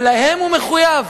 ולהם הוא מחויב.